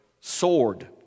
sword